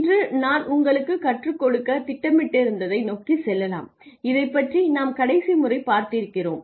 இன்று நான் உங்களுக்கு கற்றுக் கொடுக்க திட்டமிட்டிருந்ததை நோக்கிச் செல்லலாம் இதைப் பற்றி நாம் கடைசி முறை பார்த்திருக்கிறோம்